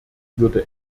würde